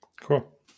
Cool